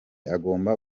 agomba